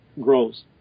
grows